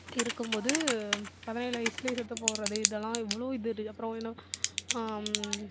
இருக்கும்போது பதினேழு வயசிலே செத்து போவது இதெல்லாம் இவ்வளோ இது அப்புறம் இன்னும்